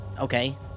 okay